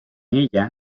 ella